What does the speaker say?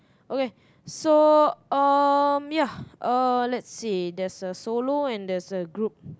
okay so um ya uh that's see there's a solo and there's a group